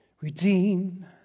Redeem